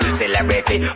celebrity